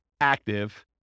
active